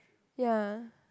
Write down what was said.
ya